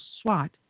SWAT